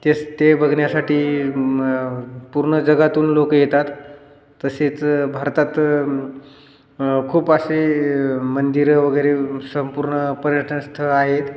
तेच ते बघण्यासाठी पूर्ण जगातून लोकं येतात तसेच भारतात खूप असे मंदिरं वगैरे संपूर्ण पर्यटन स्थळ आहेत